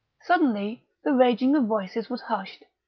suddenly the raging of voices was hushed.